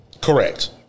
Correct